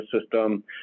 system